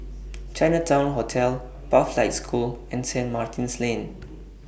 Chinatown Hotel Pathlight School and Saint Martin's Lane